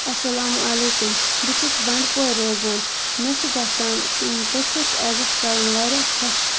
السَلامُ علیکُم بہٕ چھَس بَنڈپورِ روزان مےٚ چھُ گَژھان پٔژھِس عزَت کَرُن واریاہ خۄش